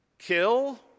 Kill